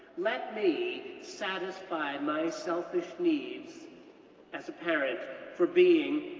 let me satisfy my selfish needs as a parent for being,